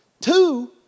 Two